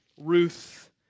Ruth